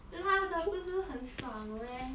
辣的不是很爽 meh